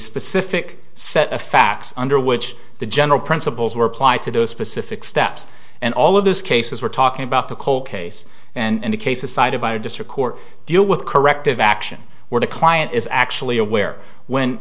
specific set of facts under which the general principles were applied to those specific steps and all of those cases we're talking about the cole case and the cases cited by a district court deal with corrective action where the client is actually aware when